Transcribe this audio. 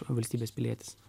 valstybės pilietis